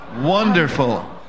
Wonderful